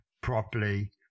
properly